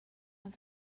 amb